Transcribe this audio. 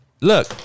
Look